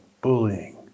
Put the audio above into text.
bullying